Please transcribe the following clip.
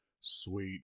sweet